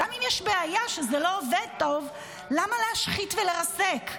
גם אם יש בעיה וזה לא טוב, למה להשחית ולרסק?